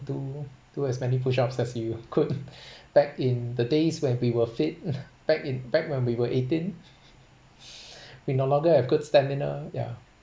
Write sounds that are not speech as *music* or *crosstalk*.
do as many push ups as you could *laughs* back in the days when we were fit back in back when we were eighteen *laughs* we no longer have good stamina yeah